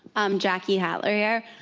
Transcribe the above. i'm jackie hotlier.